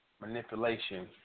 manipulation